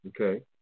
okay